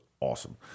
awesome